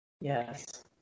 Yes